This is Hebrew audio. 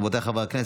רבותיי חברי הכנסת,